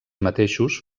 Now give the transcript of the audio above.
mateixos